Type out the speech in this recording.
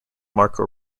marco